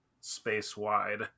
space-wide